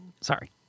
sorry